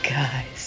guys